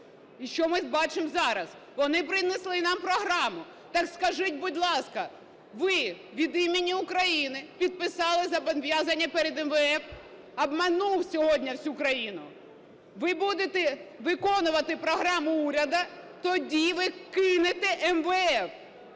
І що ми бачимо зараз? Вони принесли нам програму. Так скажіть, будь ласка, ви від імені України підписали зобов'язання перед МВФ, обманувши сьогодні всю країну. Ви будете виконувати програму уряду – тоді ви "кинете" МВФ.